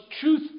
truth